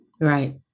Right